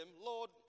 Lord